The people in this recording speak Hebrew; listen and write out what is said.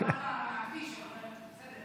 יש אישור.